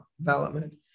development